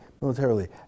militarily